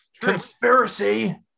Conspiracy